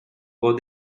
over